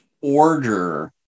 order